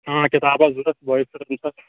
آ کِتابہٕ آسہٕ ضروٗرت بٲیس خأطرٕ